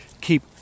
keep